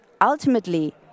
ultimately